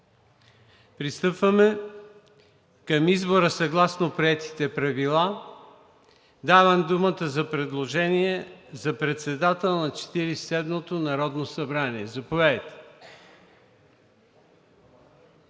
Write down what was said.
Пристъпваме към избора съгласно приетите правила. Давам думата за предложения за председател на Четиридесет и седмото народно събрание. Заповядайте,